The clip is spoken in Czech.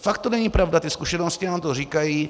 Fakt to není pravda, ty zkušenosti nám to říkají.